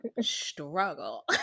struggle